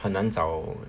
很难找